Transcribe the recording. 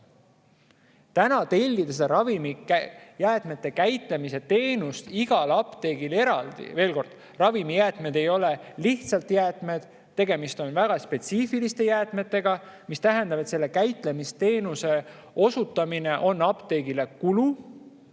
toeks olla. Ravimijäätmete käitlemise teenust igal apteegil eraldi tellida … Veel kord: ravimijäätmed ei ole lihtsalt jäätmed, tegemist on väga spetsiifiliste jäätmetega, mis tähendab, et selle käitlemisteenuse osutamine on apteegile kulu.